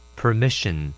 permission